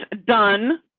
done,